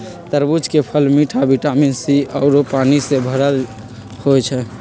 तरबूज के फल मिठ आ विटामिन सी आउरो पानी से भरल होई छई